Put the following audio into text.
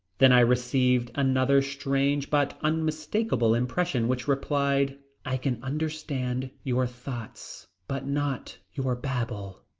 then i received another strange but unmistakable impression which replied i can understand your thoughts but not your babble.